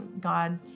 God